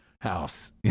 house